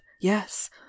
Yes